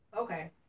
okay